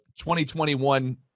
2021